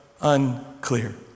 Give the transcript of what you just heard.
unclear